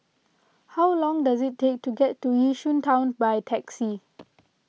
how long does it take to get to Yishun Town by taxi